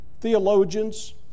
theologians